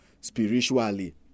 spiritually